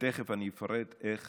ותכף אני אפרט איך